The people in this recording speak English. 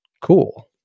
cool